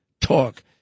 talk